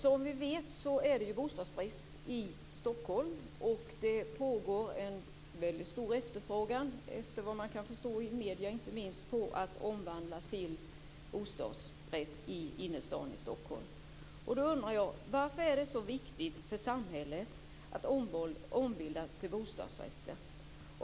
Som vi vet är det ju bostadsbrist i Stockholm. Det är en väldigt stor efterfrågan, enligt vad man kan förstå av medierna inte minst, på omvandling till bostadsrätter i innerstaden i Stockholm. Då undrar jag: Varför är det så viktigt för samhället att ombilda till bostadsrätter?